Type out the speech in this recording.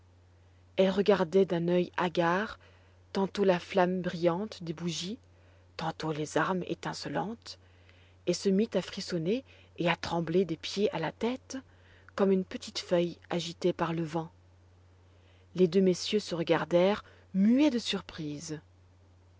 elle regardait d'un œil hagard tantôt la flamme brillante des bougies tantôt les armes étincelantes et se mit à frissonner et à trembler des pieds à la tête comme une petite feuille agitée par le vent les deux messieurs se regardèrent muets de surprise